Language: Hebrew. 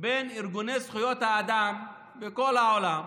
בין ארגוני זכויות האדם בכל העולם,